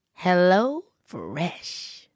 HelloFresh